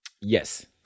Yes